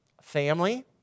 family